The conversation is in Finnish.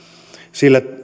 sillä